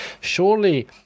Surely